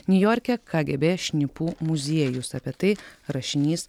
niujorke kagėbė šnipų muziejus apie tai rašinys